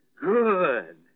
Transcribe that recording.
Good